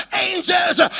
angels